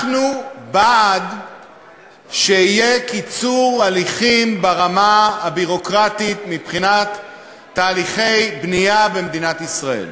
אנחנו בעד קיצור הליכים ברמה הביורוקרטית בתהליכי בנייה במדינת ישראל,